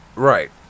Right